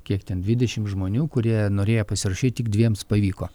kiek ten dvidešim žmonių kurie norėjo pasirašyt tik dviems pavyko